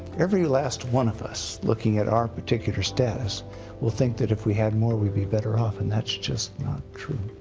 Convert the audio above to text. every last one of us, looking at our particular status will think that if we had more we'd be better off and that's just not true.